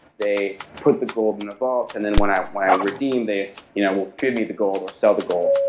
they put the gold in above, and then when i when i redeem, they you know give me the gold or sell the gold.